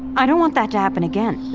i don't want that to happen again